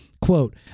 Quote